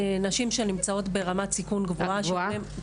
נשים שנמצאות ברמת סיכון גבוהה,